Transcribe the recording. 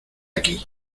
aquí